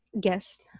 Guest